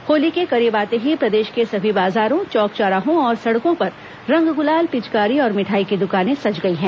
होली के करीब आते ही प्रदेश के सभी बाजारों चौक चौराहों और सड़कों पर रंग गुलाल पिचकारी और मिठाई की दुकानें सज गई हैं